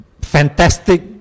fantastic